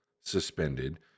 suspended